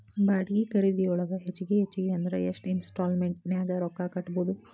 ಬಾಡ್ಗಿ ಖರಿದಿಯೊಳಗ ಹೆಚ್ಗಿ ಹೆಚ್ಗಿ ಅಂದ್ರ ಯೆಷ್ಟ್ ಇನ್ಸ್ಟಾಲ್ಮೆನ್ಟ್ ನ್ಯಾಗ್ ರೊಕ್ಕಾ ಕಟ್ಬೊದು?